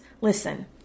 Listen